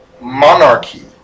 monarchy